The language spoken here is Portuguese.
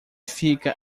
fica